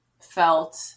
felt